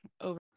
over